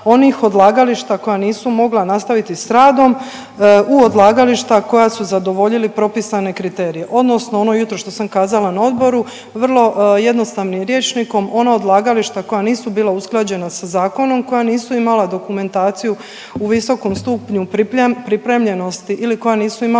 onih odlagališta koja nisu mogla nastaviti s radom u odlagališta koja su zadovoljili propisane kriterije, odnosno ono jutro što sam kazala na odboru, vrlo jednostavnim rječnikom, ono odlagališta koja nisu bila usklađena sa zakonom, koja nisu imala dokumentaciju u visokom stupnju pripremljenosti ili koja nisu imala